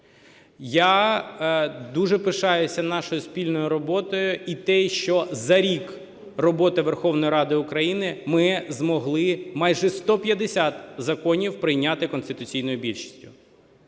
Я дуже пишаюся нашою спільною роботою. І те, що за рік роботи Верховної Ради України ми змогли майже 150 законів прийняти конституційною більшістю,